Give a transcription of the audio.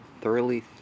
thoroughly